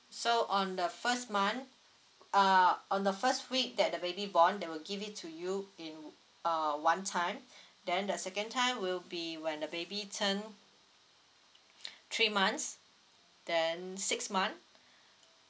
so on the first month uh on the first week that the baby born they will give it to you in uh one time then the second time will be when the baby turn three months then six month